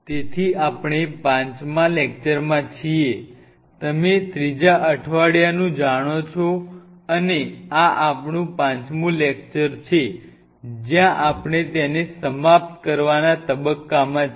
તેથી આપણે પાંચમા લેક્ચરમાં છીએ તમે ત્રીજા અઠવાડીયાનું જાણૉ છો અને આ આપણું પાંચમુ લેક્ચર છે જ્યાં આપણે તેને સમાપ્ત કરવાના તબક્કામાં છીએ